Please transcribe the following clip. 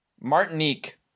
Martinique